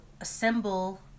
assemble